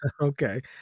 Okay